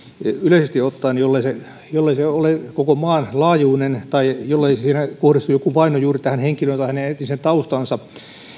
yleisesti ottaen jollei se jollei se ole koko maan laajuinen tai jollei siinä kohdistu joku vaino juuri tähän henkilöön tai hänen etniseen taustaansa